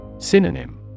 Synonym